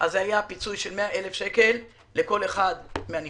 אז היה פיצוי של 100 אלף שקל לכל אחד מהנפטרים.